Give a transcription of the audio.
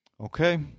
Okay